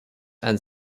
and